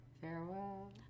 Farewell